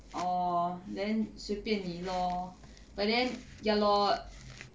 orh then 随便你 lor but then ya lor